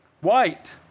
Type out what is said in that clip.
white